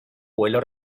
vuelo